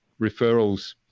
referrals